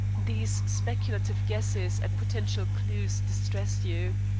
these speculative guesses at potential clues distress you.